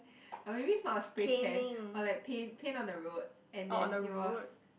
or maybe it's not a spray can or like paint paint on the road and then it was